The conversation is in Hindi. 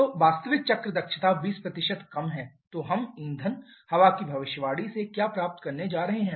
तो वास्तविक चक्र दक्षता 20 कम है तो हम ईंधन हवा की भविष्यवाणी से क्या प्राप्त करने जा रहे हैं